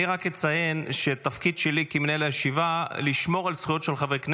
אני רק אציין שתפקיד שלי כמנהל הישיבה לשמור על הזכויות של חברי כנסת,